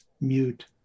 mute